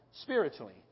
spiritually